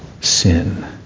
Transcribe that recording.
sin